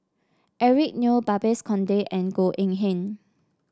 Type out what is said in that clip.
Eric Neo Babes Conde and Goh Eng Han